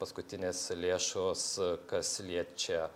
paskutinės lėšos kas liečia